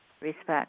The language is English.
respect